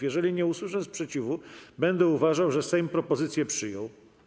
Jeżeli nie usłyszę sprzeciwu, będę uważał, że Sejm propozycję przyjął.